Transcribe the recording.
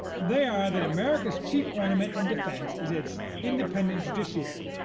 they are that america's chief ornament and defense is its independent judiciary,